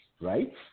right